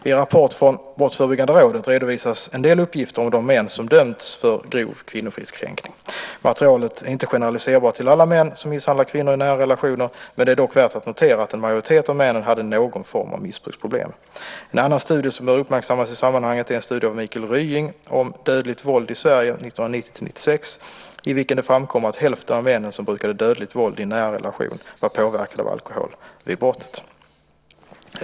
I en rapport från Brottsförebyggande rådet redovisas en del uppgifter om de män som dömts för grov kvinnofridskränkning. Materialet är inte generaliserbart till alla män som misshandlar kvinnor i nära relationer, men det är dock värt att notera att en majoritet av männen hade någon form av missbruksproblem. En annan studie som bör uppmärksammas i sammanhanget är en studie av Mikael Rying om dödligt våld i Sverige 1990-1996, i vilken det framkommer att hälften av männen som brukade dödligt våld i en nära relation var påverkade av alkohol vid brottet.